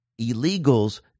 illegals